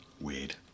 Weird